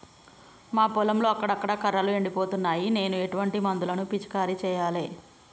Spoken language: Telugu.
మా పొలంలో అక్కడక్కడ కర్రలు ఎండిపోతున్నాయి నేను ఎటువంటి మందులను పిచికారీ చెయ్యాలే?